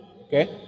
Okay